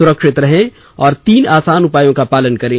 सुरक्षित रहें और तीन आसान उपायों का पालन करें